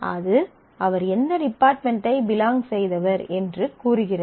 அது அவர் எந்த டிபார்ட்மென்ட்டை பிலாங் செய்தவர் என்று கூறுகிறது